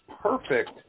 perfect